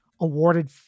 awarded